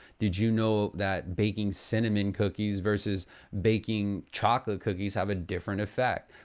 did you know that baking cinnamon cookies versus baking chocolate cookies have a different effect?